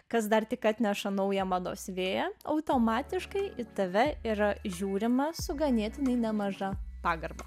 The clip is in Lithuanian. kas dar tik atneša naują mados vėją automatiškai į tave yra žiūrima su ganėtinai nemaža pagarba